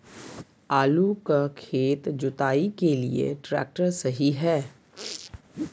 आलू का खेत जुताई के लिए ट्रैक्टर सही है?